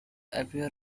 appear